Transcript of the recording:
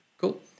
cool